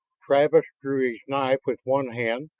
travis drew his knife with one hand,